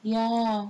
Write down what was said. ya